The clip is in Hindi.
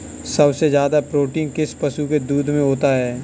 सबसे ज्यादा प्रोटीन किस पशु के दूध में होता है?